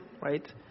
Right